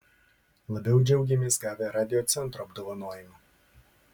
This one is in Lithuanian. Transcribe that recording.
labiau džiaugėmės gavę radiocentro apdovanojimą